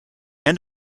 end